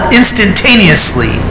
instantaneously